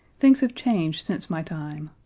things have changed since my time.